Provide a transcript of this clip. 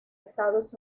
estados